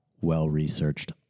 well-researched